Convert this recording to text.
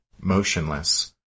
motionless